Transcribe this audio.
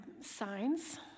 signs